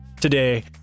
Today